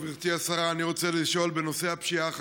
גברתי השרה, אני רוצה לשאול בנושא הפשיעה החקלאית.